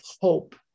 hope